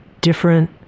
different